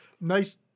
nice